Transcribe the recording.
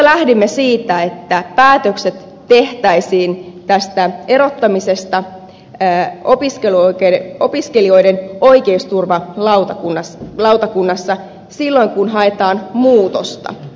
lähdimme siitä että päätökset erottamisesta tehtäisiin opiskelijoiden oikeusturvalautakunnassa silloin kun haetaan muutosta